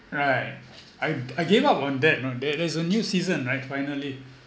right I I gave up on that you know there there is a new season right finally